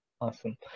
Awesome